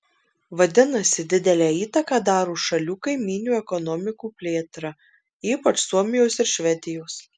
vadinasi didelę įtaką daro šalių kaimynių ekonomikų plėtra ypač suomijos ir švedijos